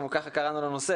כך קראנו לזה,